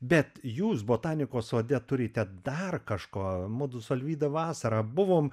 bet jūs botanikos sode turite dar kažko mudu su alvyda vasarą buvom